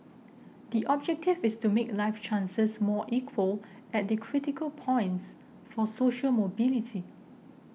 the objective is to make life chances more equal at the critical points for social mobility